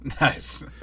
Nice